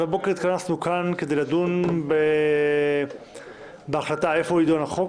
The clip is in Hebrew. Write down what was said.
הבוקר התכנסנו כאן כדי לדון בהחלטה איפה יידון החוק.